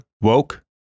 Woke